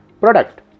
product